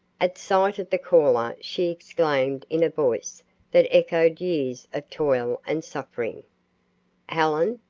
at sight of the caller she exclaimed in a voice that echoed years of toil and suffering helen!